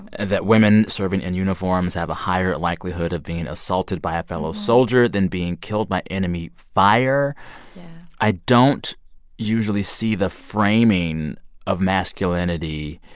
that women serving in uniforms have a higher likelihood of being assaulted by a fellow soldier than being killed by enemy fire yeah i don't usually see the framing of masculinity